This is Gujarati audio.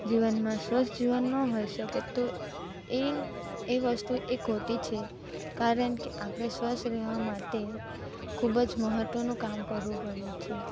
જીવનમાં સ્વસ્થ જીવન ન હોઇ શકે તો એ એ વસ્તુ એ ખોટી છે કારણ કે આપણે સ્વસ્થ રહેવા માટે ખૃૂબ જ મહત્વનું કામ કરવું પડે છે